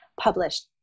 published